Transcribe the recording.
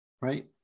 right